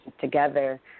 together